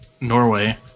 Norway